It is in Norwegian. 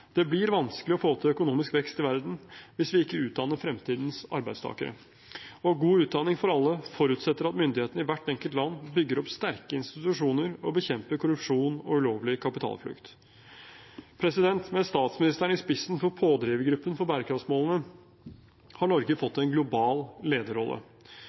Det blir vanskelig å få til økonomisk vekst i verden hvis vi ikke utdanner fremtidens arbeidstakere. Og god utdanning for alle forutsetter at myndighetene i hvert enkelt land bygger opp sterke institusjoner og bekjemper korrupsjon og ulovlig kapitalflukt. Med statsministeren i spissen for pådrivergruppen for bærekraftsmålene har Norge fått en global lederrolle.